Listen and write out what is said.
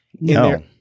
No